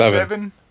seven